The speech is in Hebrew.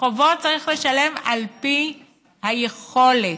שחובות צריך לשלם על פי היכולת.